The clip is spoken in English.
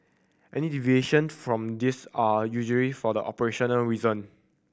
any deviation from these are usually for the operational reason